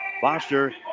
Foster